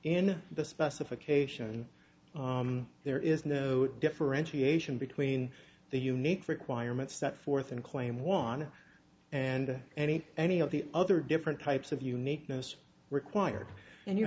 in the specification there is no differentiation between the unique requirements set forth and claim one and any any of the other different types of uniqueness required and you